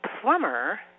plumber